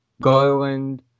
garland